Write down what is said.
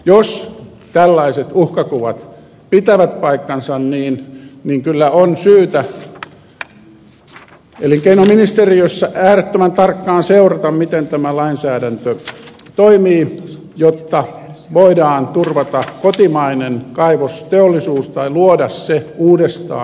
jos tällaiset uhkakuvat pitävät paikkansa niin kyllä on syytä elinkeinoministeriössä äärettömän tarkkaan seurata miten tämä lainsäädäntö toimii jotta voidaan turvata kotimainen kaivosteollisuus tai luoda se uudestaan